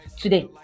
today